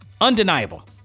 Undeniable